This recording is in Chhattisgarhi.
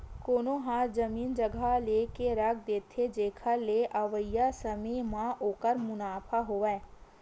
कोनो ह जमीन जघा लेके रख देथे, जेखर ले अवइया समे म ओखर मुनाफा होवय